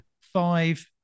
five